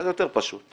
זה יותר פשוט.